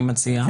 אני מציע,